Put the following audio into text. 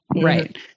Right